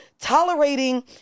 tolerating